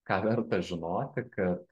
ką verta žinoti kad